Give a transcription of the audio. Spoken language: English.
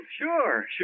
sure